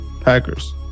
Packers